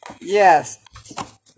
Yes